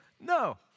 No